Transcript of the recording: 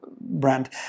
brand